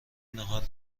ناهار